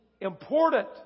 important